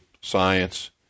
science